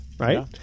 right